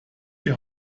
die